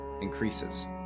increases